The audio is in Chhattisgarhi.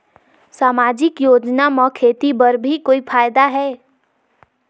समाजिक योजना म खेती बर भी कोई फायदा है?